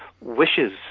wishes